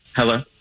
Hello